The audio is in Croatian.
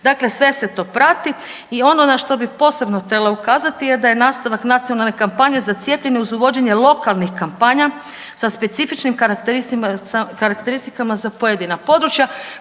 Dakle, sve se to prati. I ono na što bi posebno htjela ukazati je da je nastavak nacionalne kampanje za cijepljenje uz uvođenje lokalnih kampanja sa specifičnim karakteristikama za pojedina područja,